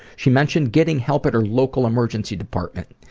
she mentioned getting help at her local emergency department.